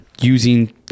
using